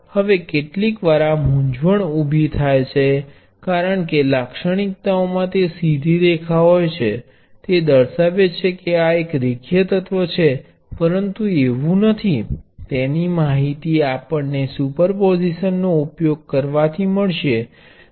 હવે કેટલીકવાર આ મૂંઝવણ ઉભી થાય છે કારણ કે લાક્ષણિકતાઓમાં તે સીધી રેખા હોય છે તે દર્શાવે છે કે આ એક રેખીય એલિમેન્ટ છે પરંતુ એવું નથી તેની માહિતી આપણને સુપરપોઝિશન નો ઉપયોગ કરવાથી મળશે